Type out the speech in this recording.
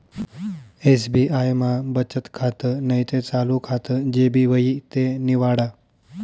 SBI मा बचत खातं नैते चालू खातं जे भी व्हयी ते निवाडा